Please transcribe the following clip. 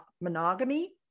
monogamy